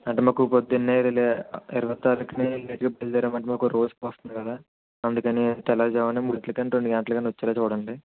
అంటే మాకు పొద్దున్నే వెళ్ళే ఇరవై తారీఖుని బయల్దేరేమంటే మాకు ఒక రోజు వస్తుంది కదా అందుకని తెల్లవారుజామున మూడు గంటలకి కానీ రెండు గంటలకి కానీ వచ్చేలాగా చూడండి